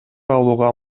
алууга